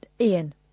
Ian